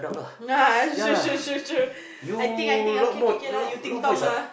no shoot shoot shoot shoot I think I think okay okay lah you ding dong ah